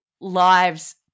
lives